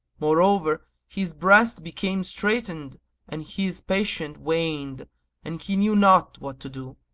moreover, his breast became straitened and his patience waned and he knew not what to do,